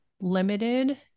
limited